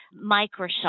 Microsoft